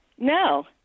No